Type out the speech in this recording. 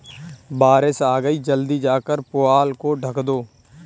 बारिश आ गई जल्दी जाकर पुआल को ढक दो